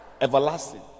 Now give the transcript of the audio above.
Everlasting